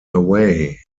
away